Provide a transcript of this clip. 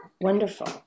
Wonderful